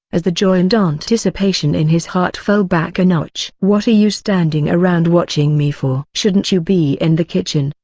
as the joy and anticipation in his heart fell back a notch. what are you standing around watching me for? shouldn't you be in the kitchen,